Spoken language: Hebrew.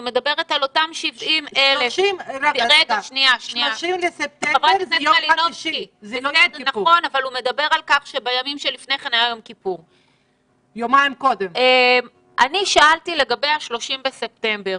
אני מדברת על אותם 70,000. אני שאלתי לגבי ה-30 בספטמבר.